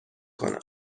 کنم